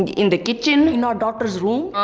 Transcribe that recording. and in the kitchen. in our daughter's room.